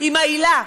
עם ההילה,